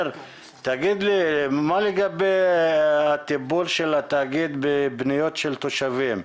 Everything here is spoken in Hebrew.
מה לגבי הטיפול של התאגיד בפניות של תושבים,